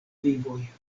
vivoj